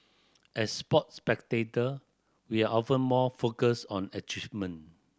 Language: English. as sports spectator we are often more focused on achievement